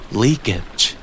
leakage